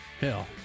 hell